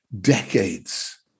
decades